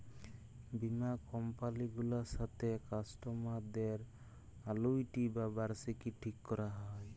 বীমা কমপালি গুলার সাথে কাস্টমারদের আলুইটি বা বার্ষিকী ঠিক ক্যরা হ্যয়